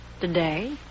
Today